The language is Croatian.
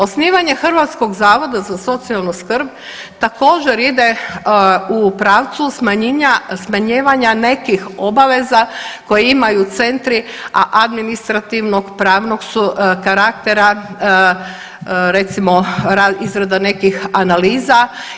Osnivanje Hrvatskog zavoda za socijalnu skrb također ide u pravcu smanjivanja nekih obaveza koje imaju centri, a administrativnog pravnog su karaktera recimo izrada nekih analiza.